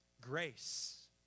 Grace